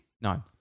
No